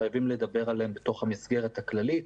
חייבים לדבר עליהם בתוך המסגרת הכללית